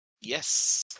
Yes